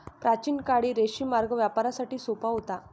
प्राचीन काळी रेशीम मार्ग व्यापारासाठी सोपा होता